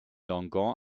langues